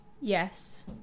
Yes